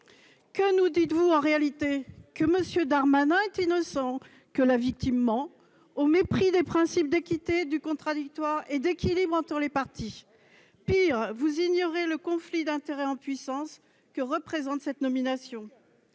Que nous dites-vous en réalité ? Que M. Darmanin est innocent, que la victime ment, au mépris des principes d'équité, du contradictoire et d'équilibre entre les parties. Pis, vous ignorez le conflit d'intérêts en puissance que représente cette nomination